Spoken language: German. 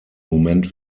moment